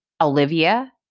Olivia